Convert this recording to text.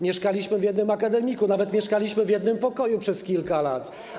Mieszkaliśmy w jednym akademiku, nawet mieszkaliśmy w jednym pokoju przez kilka lat.